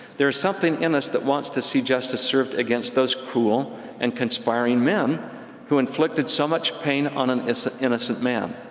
there is something in us that wants to see justice served against those cruel and conspiring men who inflicted so much pain on an innocent man.